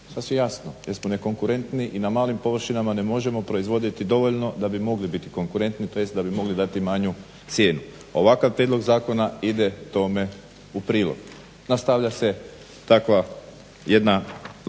Sasvim jasno, jer smo nekonkurentni i na malim površinama ne možemo proizvoditi dovoljno da bi bili konkurentni tj. da bi mogli dati manju cijenu. Ovakav prijedlog zakona ide tome u prilog. Nastavlja takva jedna,